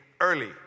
early